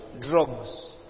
drugs